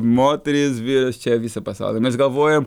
moterys vyras čia visą pasaulį mes galvojam